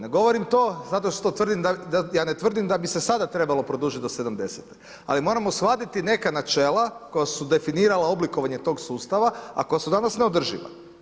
Ne govorim to zato što tvrdim da, ja ne tvrdim da bi se sada trebali produžiti do 70-te ali moramo shvatiti neka načela koja su definirala oblikovanje tog sustava a koja su danas neodrživa.